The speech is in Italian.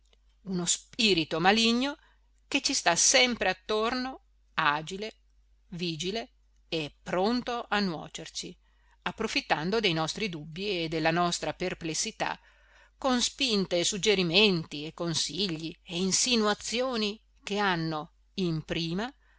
uno spirito maligno che ci sta sempre attorno agile vigile e pronto a nuocerci approfittando dei nostri dubbi e della nostra perplessità con spinte e suggerimenti e consigli e insinuazioni che hanno in prima